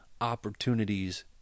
opportunities